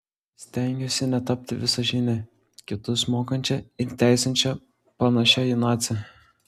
stengiuosi netapti visažine kitus mokančia ir teisiančia panašia į nacę